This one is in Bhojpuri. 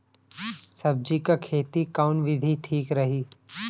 सब्जी क खेती कऊन विधि ठीक रही?